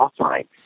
offline